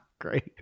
Great